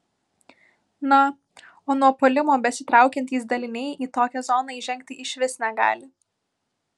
na o nuo puolimo besitraukiantys daliniai į tokią zoną įžengti išvis negali